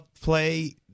play